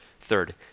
Third